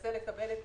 מנסה לקבל את